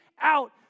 out